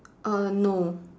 err no